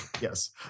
Yes